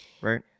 right